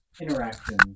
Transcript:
interaction